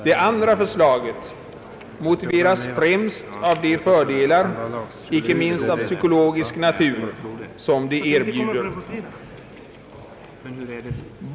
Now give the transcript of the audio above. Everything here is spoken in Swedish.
Det andra förslaget motiveras främst av de fördelar, inte minst av psykologisk natur, som det erbjuder.